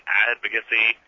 advocacy